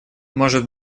может